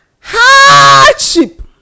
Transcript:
hardship